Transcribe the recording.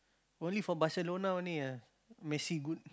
only for Barcelona only ah Messi good